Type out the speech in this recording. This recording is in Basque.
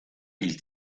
hil